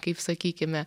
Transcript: kaip sakykime